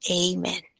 Amen